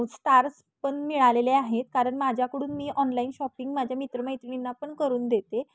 stars पण मिळालेले आहेत कारण माझ्याकडून मी ऑनलाईन शॉपिंग माझ्या मित्र मैत्रिणींना पण करून देते